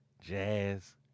jazz